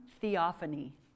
theophany